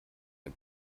der